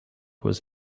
was